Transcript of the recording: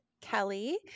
Kelly